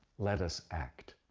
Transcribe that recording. let us act.